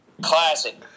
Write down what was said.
Classic